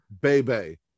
baby